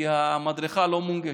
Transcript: כי המדרכה לא מונגשת,